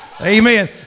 Amen